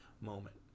moment